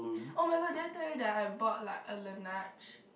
[oh]-my-god did I tell you that I bought like a Laneige